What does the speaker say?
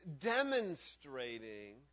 demonstrating